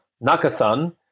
Naka-san